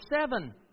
seven